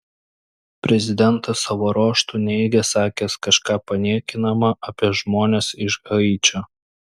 prezidentas savo ruožtu neigė sakęs kažką paniekinama apie žmones iš haičio